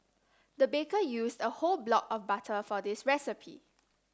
the baker used a whole block of butter for this recipe